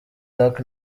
dark